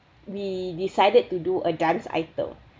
we decided to do a dance item